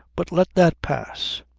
but let that pass.